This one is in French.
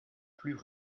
plus